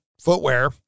footwear